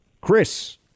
chris